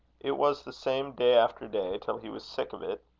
it was the same day after day, till he was sick of it.